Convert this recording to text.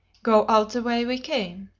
go out the way we came.